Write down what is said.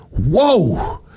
Whoa